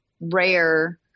rare